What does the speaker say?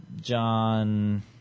John –